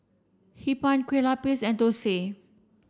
Hee Pan Kueh Lupis and Thosai